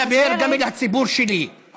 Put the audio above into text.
אני מדבר גם אל הציבור שלי,